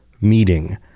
meeting